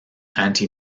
anti